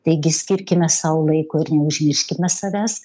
taigi skirkime sau laiko ir neužmirškime savęs